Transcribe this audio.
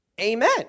Amen